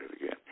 again